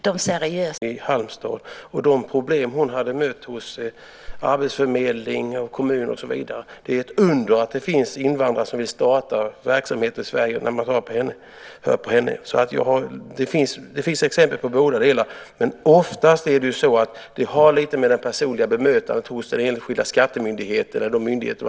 Herr talman! Jag beklagar att Ulla Wester inte var med när Kristdemokraterna besökte en invandrare som hade startat en hårfrisering i Halmstad. Hon berättade om de problem som hon hade mött hos arbetsförmedlingen, kommunen och så vidare. Det är ett under att det finns invandrare som vill starta verksamheter i Sverige. Det finns exempel på båda delar. Men oftast har det att göra med det personliga bemötandet hos den enskilda skattemyndigheten eller hos andra myndigheter.